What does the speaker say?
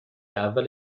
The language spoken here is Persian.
اول